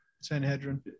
sanhedrin